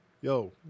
Yo